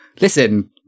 listen